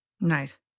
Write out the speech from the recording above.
Nice